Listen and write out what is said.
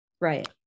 Right